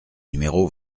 numéro